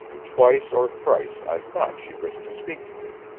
twice or thrice i thought she wished to speak to me,